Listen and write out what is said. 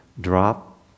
drop